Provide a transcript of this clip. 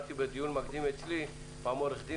אמרתי בדיון מקדים אצלי שפעם עורך דין